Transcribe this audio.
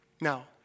Now